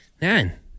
Man